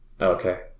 okay